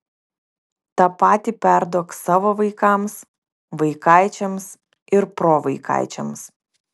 tą patį perduok savo vaikams vaikaičiams ir provaikaičiams